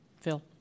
Phil